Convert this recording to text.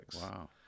Wow